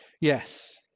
Yes